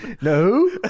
No